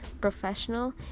professional